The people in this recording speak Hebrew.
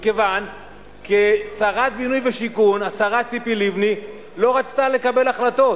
מכיוון ששרת הבינוי והשיכון השרה ציפי לבני לא רצתה לקבל החלטות.